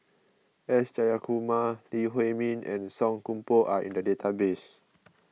S Jayakumar Lee Huei Min and Song Koon Poh are in the database